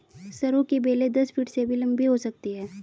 सरू की बेलें दस फीट से भी लंबी हो सकती हैं